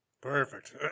Perfect